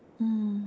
mm